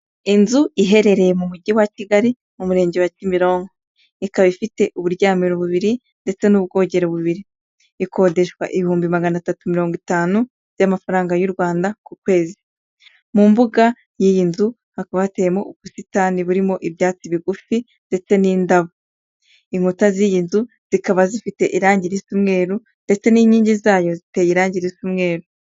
Inzu iherereye mu mujyi wa kigali, mu murenge wa Kimironko, ikaba ifite uburyamiro bubiri ndetse n'ubwogero bubiri, ikodeshwa ibihumbi magana atatu mirongo itanu y'amafaranga y'Urwanda ku kwezi, mu mbuga y'iyi nzu hakaba hateyemo ubusitani burimo ibyatsi bigufi ndetse n'indabo, inkuta z'iyi nzu zikaba zifite irangi risa umweru ndetse n'inkingi zayo ziteye irangi risa umweru.